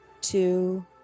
two